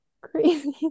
crazy